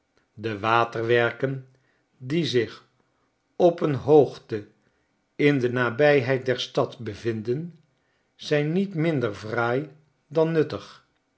de waterwerken die zich op een hoogte in de nabijheid der stad bevindpn zijn niet minder fraai dan nuttig